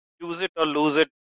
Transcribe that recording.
use-it-or-lose-it